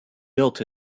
built